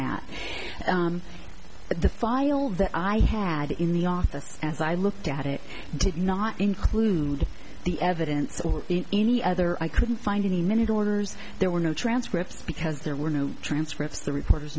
that but the final that i had in the office as i looked at it did not include the evidence or any other i couldn't find any minute orders there were no transcripts because there were no transcripts the reporters